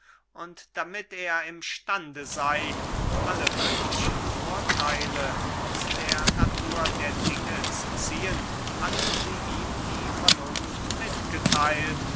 und damit er im stande sey alle mögliche vortheile aus der natur der dinge zu ziehen hat sie ihm die vernunft mitgetheilt